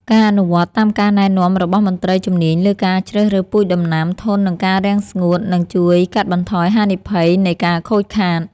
ការអនុវត្តតាមការណែនាំរបស់មន្ត្រីជំនាញលើការជ្រើសរើសពូជដំណាំធន់នឹងការរាំងស្ងួតនឹងជួយកាត់បន្ថយហានិភ័យនៃការខូចខាត។